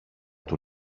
του